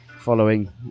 following